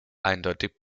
eindeutig